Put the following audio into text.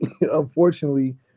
Unfortunately